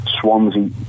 Swansea